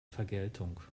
vergeltung